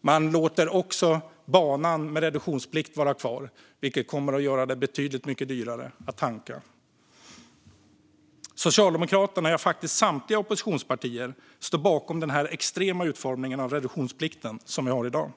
De låter också banan med reduktionsplikt vara kvar, vilket kommer att göra det betydligt dyrare att tanka. Socialdemokraterna - ja, faktiskt samtliga oppositionspartier - står bakom den extrema utformning av reduktionsplikten som vi har i dag.